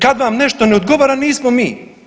Kad vam nešto ne odgovara nismo mi.